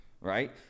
right